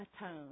atone